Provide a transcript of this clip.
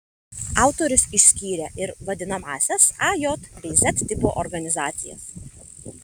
autorius išskyrė ir vadinamąsias a j bei z tipo organizacijas